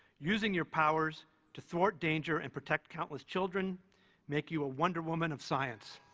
using your powers to thwart danger and protect countless children makes you a wonder woman of science.